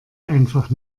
einfach